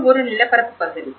இது ஒரு நிலப்பரப்பு பகுதி